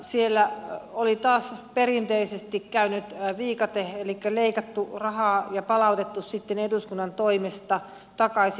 siellä oli taas perinteisesti käynyt viikate elikkä leikattu rahaa ja palautettu sitten eduskunnan toimesta takaisin